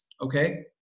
Okay